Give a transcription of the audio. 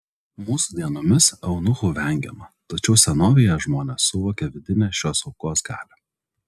mūsų dienomis eunuchų vengiama tačiau senovėje žmonės suvokė vidinę šios aukos galią